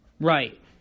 Right